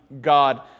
God